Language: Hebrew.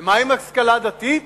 ומה עם השכלה דתית?